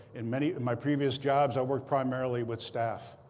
in many of my previous jobs, i worked primarily with staff.